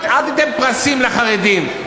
אל תיתן פרסים לחרדים,